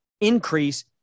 increase